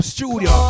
Studio